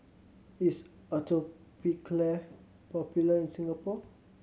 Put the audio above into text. is Atopiclair popular in Singapore